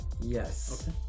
Yes